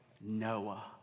Noah